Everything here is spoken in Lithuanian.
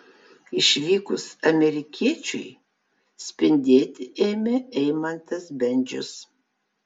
išvykus amerikiečiui spindėti ėmė eimantas bendžius